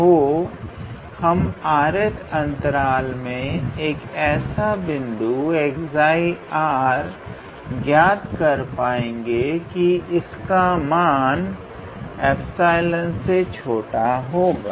𝛿 हम r th अंतराल में एक ऐसा बिंदु 𝜉𝑟 ज्ञात कर पाएंगे कि इसका मान 𝜖 से छोटा होगा